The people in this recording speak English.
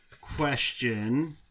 question